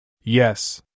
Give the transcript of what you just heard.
Yes